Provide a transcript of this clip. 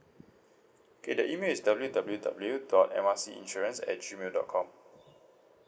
okay the email is W_W_W dot M R C insurance at gmail dot com